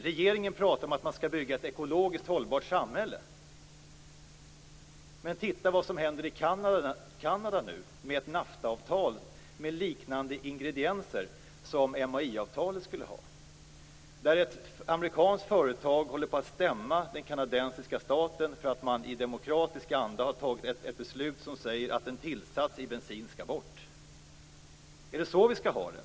Regeringen talar om att man skall bygga ett ekologiskt hållbart samhälle, men titta på vad som nu händer i Kanada, där man har ett MAI-avtalet skulle ha. Ett amerikanskt företag håller på att stämma den kanadensiska staten för att man i demokratisk anda har tagit ett beslut om att en tillsats i bensin skall tas bort. Är det så vi skall ha det?